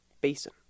Basin